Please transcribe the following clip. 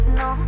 no